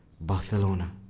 Barcelona